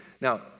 Now